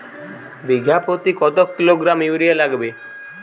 বিঘাপ্রতি কত kilogram urea লাগবে?